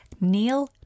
Neil